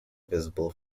visible